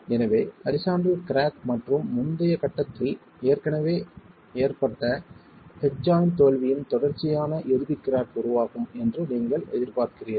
எனவே horizontal crack மற்றும் முந்தைய கட்டத்தில் ஏற்கனவே ஏற்பட்ட ஹெட் ஜாய்ண்ட் தோல்வியின் தொடர்ச்சியான இறுதி கிராக் உருவாகும் என்று நீங்கள் எதிர்பார்க்கிறீர்கள்